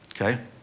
Okay